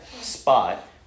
spot